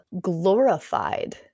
glorified